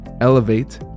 Elevate